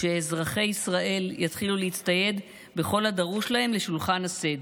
כשאזרחי ישראל יתחילו להצטייד בכל הדרוש להם לשולחן הסדר.